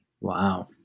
Wow